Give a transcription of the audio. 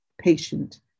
patient